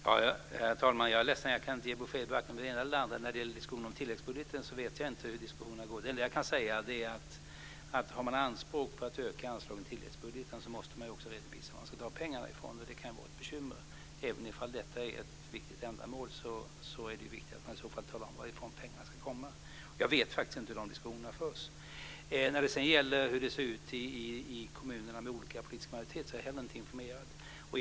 Herr talman! Jag är ledsen för att jag inte kan ge svar på vare sig det ena eller det andra. Jag vet inte hur diskussionerna om tilläggsbudgeten går. Det enda jag kan säga är att har man anspråk på att öka anslagen i tilläggsbudgeten måste man också redovisa varifrån man tar pengarna, och det kan vara ett bekymmer. Även om detta är ett angeläget ändamål är det viktigt att i så fall tala om varifrån pengarna ska komma. Jag vet faktiskt inte hur de diskussionerna förs. Hur det ser ut i kommuner med olika politiska majoriteter är jag inte heller informerad om.